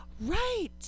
right